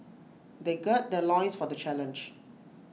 they gird their loins for the challenge